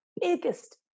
biggest